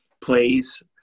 plays